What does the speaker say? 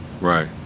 Right